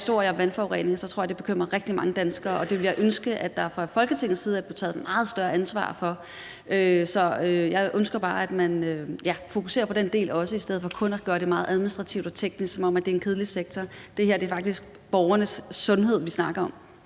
historie om vandforurening, tror jeg, det bekymrer rigtig mange danskere, og det ville jeg ønske at der fra Folketingets side blev taget meget større ansvar for. Så jeg ønsker bare, at man også fokuserer på den del i stedet for kun at gøre det meget administrativt og teknisk, som om det er en kedelig sektor. Det her er faktisk borgernes sundhed, vi snakker om.